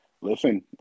Listen